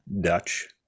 Dutch